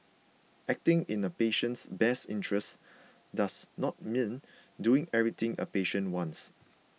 acting in a patient's best interests does not mean doing everything a patient wants